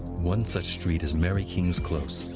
one such street is mary king's close.